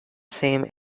same